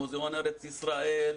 מוזיאון ארץ ישראל,